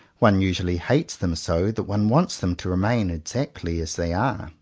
one usually hates them so that one wants them to remain exactly as they are.